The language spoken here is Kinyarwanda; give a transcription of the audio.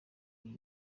iyi